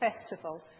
festival